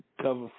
cover